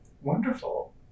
Wonderful